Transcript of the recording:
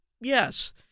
Yes